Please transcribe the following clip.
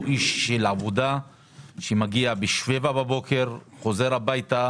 הוא איש של עבודה שמגיע ב-7:00 בבוקר וחוזר הביתה